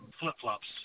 Flip-flops